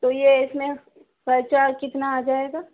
تو یہ اس میں خرچہ کتنا آ جائے گا